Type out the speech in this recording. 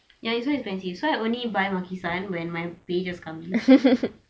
ya it's so expensive so I just buy Maki-San when my pay just get in